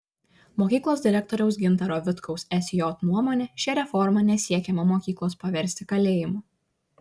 mokyklos direktoriaus gintaro vitkaus sj nuomone šia reforma nesiekiama mokyklos paversti kalėjimu